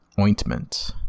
Ointment